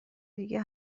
دیگه